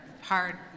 hard